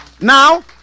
Now